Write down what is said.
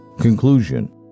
Conclusion